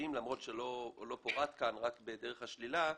למרות שלא פורט כאן אלא על דרך השלילה.